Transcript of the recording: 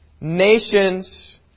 nations